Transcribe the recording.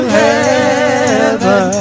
heaven